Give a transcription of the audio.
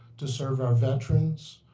to serve our veterans,